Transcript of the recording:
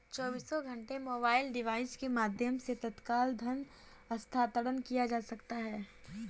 चौबीसों घंटे mobile device के माध्यम से तत्काल धन हस्तांतरण किया जा सकता है